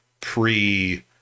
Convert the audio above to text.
pre